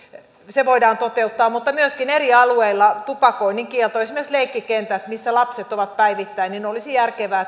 package voidaan toteuttaa mutta myöskin eri alueilla tupakoinnin kielto esimerkiksi leikkikentillä missä lapset ovat päivittäin olisi järkevää